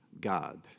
God